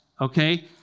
okay